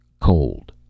Cold